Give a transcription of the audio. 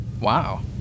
Wow